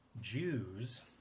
Jews